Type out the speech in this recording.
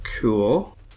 Cool